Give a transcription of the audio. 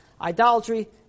Idolatry